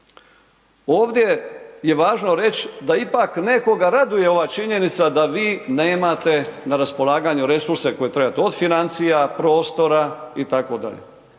Ovdje je važno reći da ipak nekoga raduje ova činjenica da vi nemate na raspolaganju resurse koje trebate od financija, prostora itd..